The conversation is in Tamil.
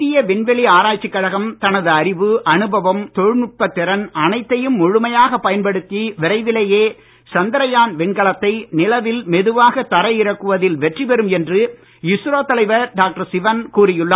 இந்திய விண்வெளி ஆராய்ச்சிக் கழகம் தனது அறிவு அனுபவம் தொழில்நுட்பத் திறன் அனைத்தையும் முழுமையாகப் பயன்படுத்தி விரைவிலேயே சந்திரயான் விண்கலத்தை நிலவில் மெதுவாக தரை இறக்குவதில் வெற்றி பெறும் என்று இஸ்ரோ தலைவர் டாக்டர் சிவன் கூறியுள்ளார்